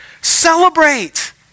Celebrate